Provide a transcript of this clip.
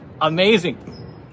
amazing